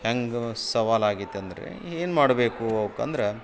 ಹ್ಯಾಂಗೆ ಸವಾಲು ಆಗೈತೆ ಅಂದರೆ ಏನು ಮಾಡಬೇಕು ಅವ್ಕೆ ಅಂದ್ರೆ